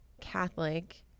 catholic